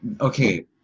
Okay